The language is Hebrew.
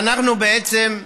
ואנחנו, בעצם,